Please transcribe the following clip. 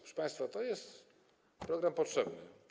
Proszę państwa, to jest program potrzebny.